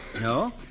No